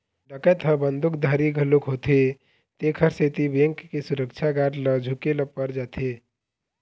डकैत ह बंदूकधारी घलोक होथे तेखर सेती बेंक के सुरक्छा गार्ड ल झूके ल पर जाथे